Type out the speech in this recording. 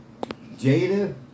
Jada